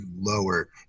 lower